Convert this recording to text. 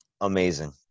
amazing